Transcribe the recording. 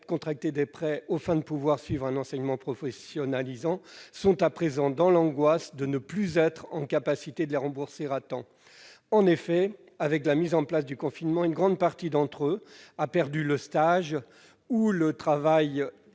contracté des prêts aux fins de pouvoir suivre un enseignement professionnalisant, sont à présent dans l'angoisse de ne plus être en mesure de les rembourser à temps. En effet, avec la mise en place du confinement, une grande partie d'entre eux a perdu le stage ou le travail